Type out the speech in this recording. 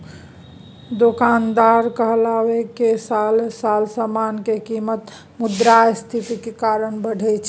दोकानदार कहलकै साले साल समान के कीमत मुद्रास्फीतिक कारणे बढ़ैत छै